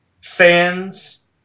fans